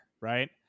right